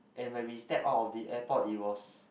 and when we step out of the airport it was